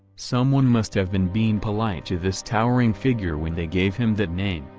someone must have been being polite to this towering figure when they gave him that name,